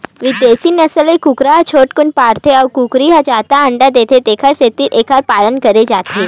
बिदेसी नसल के कुकरा ह झटकुन बाड़थे अउ कुकरी ह जादा अंडा देथे तेखर सेती एखर पालन करे जाथे